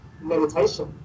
meditation